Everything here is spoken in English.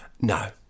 No